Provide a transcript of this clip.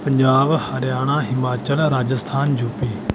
Punjab Haryana Himachal Rajasthan UP